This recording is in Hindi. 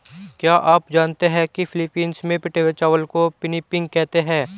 क्या आप जानते हैं कि फिलीपींस में पिटे हुए चावल को पिनिपिग कहते हैं